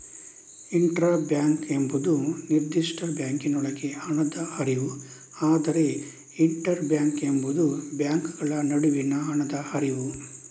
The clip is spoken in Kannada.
ಇಂಟ್ರಾ ಬ್ಯಾಂಕ್ ಎಂಬುದು ನಿರ್ದಿಷ್ಟ ಬ್ಯಾಂಕಿನೊಳಗೆ ಹಣದ ಹರಿವು, ಆದರೆ ಇಂಟರ್ ಬ್ಯಾಂಕ್ ಎಂಬುದು ಬ್ಯಾಂಕುಗಳ ನಡುವಿನ ಹಣದ ಹರಿವು